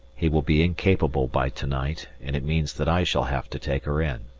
he will be incapable by to-night, and it means that i shall have to take her in.